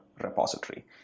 repository